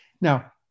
Now